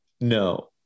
no